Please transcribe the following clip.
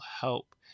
help